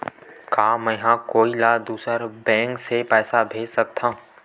का मेंहा कोई ला दूसर बैंक से पैसा भेज सकथव?